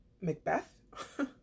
Macbeth